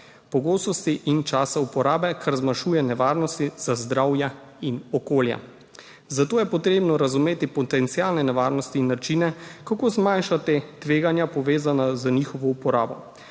pogostosti in času uporabe, kar zmanjšuje nevarnosti za zdravje in okolje. Zato je potrebno razumeti potencialne nevarnosti in načine, kako zmanjšati tveganja, povezana z njihovo uporabo.